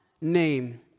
name